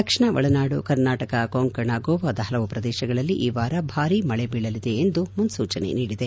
ದಕ್ಷಿಣ ಒಳನಾಡು ಕರ್ನಾಟಕ ಕೊಂಕಣ್ ಗೋವಾದ ಹಲವು ಪ್ರದೇಶಗಳಲ್ಲಿ ಈ ವಾರ ಭಾರೀ ಮಳೆ ಬೀಳಲಿದೆ ಎಂದು ಮುನ್ನೂಚನೆ ನೀಡಿದೆ